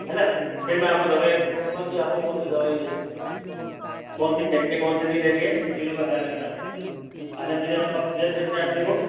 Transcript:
है न फिर मैं आपको दवाईयाँ दे दूँगा कि आपको कौन सी दवाईयाँ लेनी हैं कौन सी लेनी है कौन सी नहीं लेनी है इन चीज़ों का ध्यान रखना है आपको खाने पीने का सब ध्यान रखना है अपने को